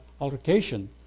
altercation